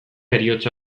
heriotza